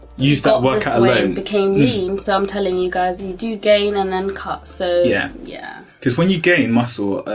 used that workout alone and became lean, so i'm telling you guys you do gain and then cut so yeah yeah, because when you gain muscle,